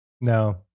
No